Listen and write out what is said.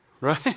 Right